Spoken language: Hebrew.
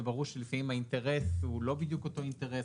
וברור לפעמים שהאינטרס הוא לא בדיוק אותו אינטרס.